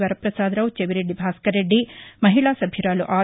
వర్చపసాదరావు చెవిరెడ్డి భాస్యరెడ్డి మహిళా సభ్యురాలు ఆర్